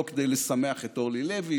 לא כדי לשמח את אורלי לוי,